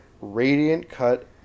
radiant-cut